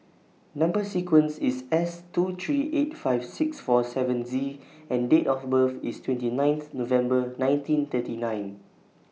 Number sequence IS S two three eight five six four seven Z and Date of birth IS twenty ninth November nineteen thirty nine